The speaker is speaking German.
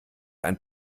ein